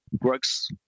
works